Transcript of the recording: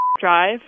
drive